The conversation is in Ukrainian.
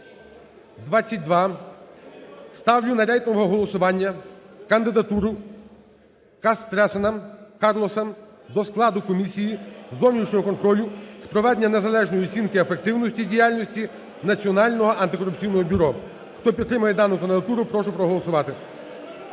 За-22 Ставлю на рейтингове голосування кандидатуру Кастресана Карлоса до складу комісії зовнішнього контролю з проведення незалежної оцінки ефективності діяльності Національного антикорупційного бюро. Хто підтримує дану кандидатуру, прошу проголосувати.